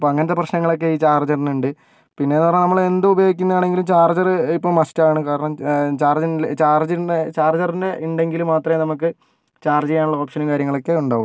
അപ്പോൾ അങ്ങനത്തെ പ്രശ്നങ്ങളൊക്കെ ഈ ചാർജ്ജറിനുണ്ട് പിന്നെയെന്ന് പറഞ്ഞാൽ നമ്മളെന്ത് ഉപയോഗിക്കുന്നതാണെങ്കിലും ചാർജർ ഇപ്പം മസ്റ്റാണ് കാരണം ചാർജ ചാർജെൻ്റെ ചാർജർ ഉണ്ടെങ്കിൽ മാത്രമേ നമുക്ക് ചാർജ്ജീയ്യാനുള്ള ഓപ്ഷനും കാര്യങ്ങളൊക്കെ ഉണ്ടാകൂ